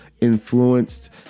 influenced